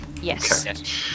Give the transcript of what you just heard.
Yes